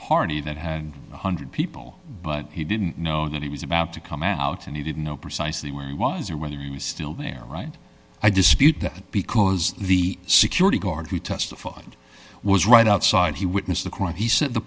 party that had one hundred people but he didn't know that he was about to come out and he didn't know precisely where he was or whether you're still there right i dispute that because the security guard who testified was right outside he witnessed the crime he said the